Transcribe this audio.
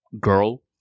girl